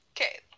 Okay